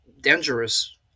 dangerous